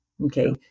Okay